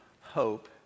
hope